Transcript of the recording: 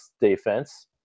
defense